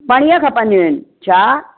परींहं खपंदियूं आहिनि छा